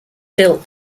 built